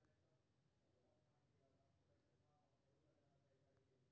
भारतीय कृषि शिक्षा अनुसंधान परिषद कृषि शिक्षाक मुख्य नियामक छियै